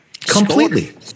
Completely